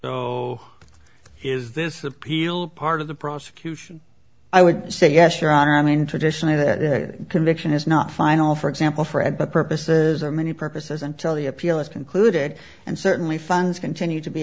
so is this appeal part of the prosecution i would say yes your honor i mean traditionally that conviction is not final for example for ed but purposes or many purposes until the appeal is concluded and certainly funds continue to be